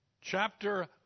Chapter